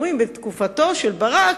אומרים: בתקופתו של ברק,